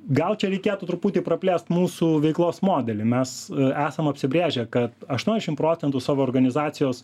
gal čia reikėtų truputį praplėst mūsų veiklos modelį mes esam apsibrėžę kad aštuoniasdešim procentų savo organizacijos